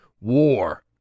war